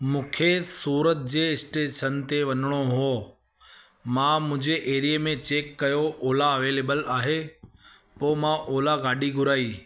मूंखे सूरत जे स्टेशन ते वञिणो हुओ मां मुंहिंजे एरिये चेक कयो ओला अवेलेबल आहे पोइ मां ओला गाॾी घुराई